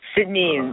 Sydney